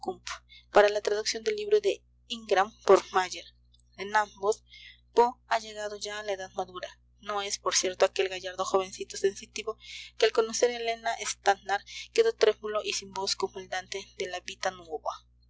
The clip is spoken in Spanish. para la traducción del libro de ingram por mayer en ambos poe ha llegado ya a la edad madura no es por cierto aquel gallardo jovencito sensitivo que al conocer a elena stannard quedó trémulo y sin voz como el dante de la vita